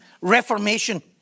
reformation